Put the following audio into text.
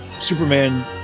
Superman